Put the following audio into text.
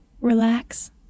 relax